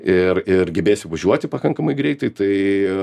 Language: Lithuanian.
ir ir gebėsi važiuoti pakankamai greitai tai